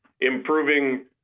improving